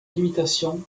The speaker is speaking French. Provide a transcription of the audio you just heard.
limitation